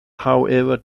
however